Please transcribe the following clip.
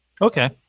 Okay